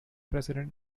president